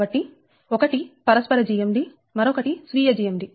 కాబట్టిఒకటి పరస్పర GMD మరొకటి స్వీయ GMD